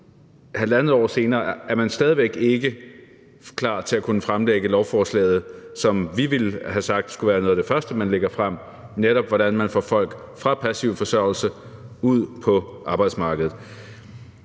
nu, halvandet år senere, er man stadig væk ikke klar til at kunne fremsætte lovforslaget, som vi ville sige var noget af det første, man skulle fremsætte, netop om, hvordan man får folk fra passiv forsørgelse og ud på arbejdsmarkedet.